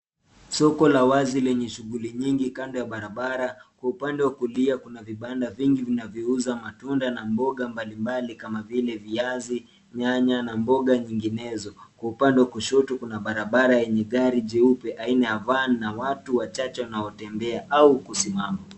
Soko la wazi lenye shughuli nyingi kando ya bara bara kwa upande wa kulia kuna vibanda vingi vinavyouza matunda na mboga mbali mbali kama vile viazi nyanya na mboga nyinginezo kwa upande wa kushoto kuna bara bara yenye gari jeupe aina ya Van na watu wachache wanaotembea au kusimama